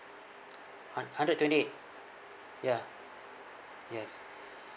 hun~ hundred twenty eight ya yes